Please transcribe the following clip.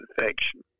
infection